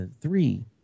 three